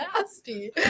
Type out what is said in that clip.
nasty